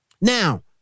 Now